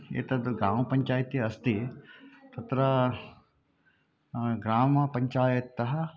एतद् ग्रामपञ्चायति अस्ति तत्र ग्रामपञ्चायत्तः